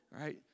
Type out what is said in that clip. right